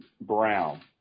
brown